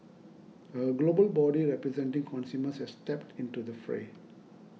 a global body representing consumers has stepped into the fray